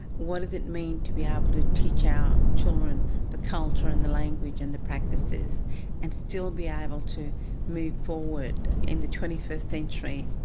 what does it mean to be able to teach our children the culture and the language and the practices and still be able to move forward in the twenty first century?